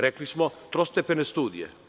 Rekli smo – trostepene studije.